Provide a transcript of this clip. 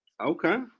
Okay